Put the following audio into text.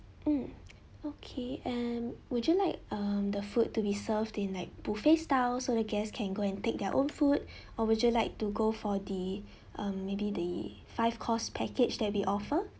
mm okay and would you like um the food to be served in like buffet style so the guests can go and take their own food or would you like to go for the um maybe the five course package that we offer